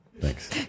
Thanks